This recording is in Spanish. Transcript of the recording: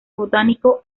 botánico